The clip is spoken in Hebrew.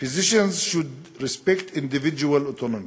"Physicians should respect individuals' autonomy.